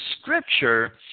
scripture